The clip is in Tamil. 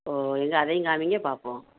ஓ எங்கே அதையும் காமியுங்க பார்ப்போம்